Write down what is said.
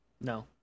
No